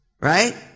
Right